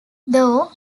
though